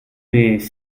mais